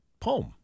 poem